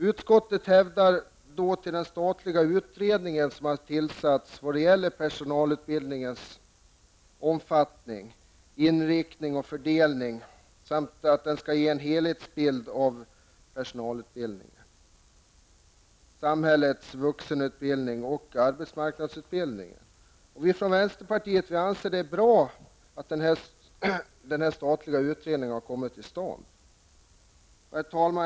Utskottet hänvisar till den statliga utredning som har tillsatts i vad det gäller personalutbildningens omfattning, inriktning och fördelning. Den skall även ge en helhetsbild av personalutbildningen, samhällets vuxenutbildning och arbetsmarknadsutbildningen. Vänsterpartiet anser att det är bra att en sådan statlig utredning har kommit till stånd. Herr talman!